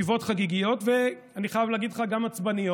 ישיבות חגיגיות, ואני חייב להגיד לך, גם עצבניות,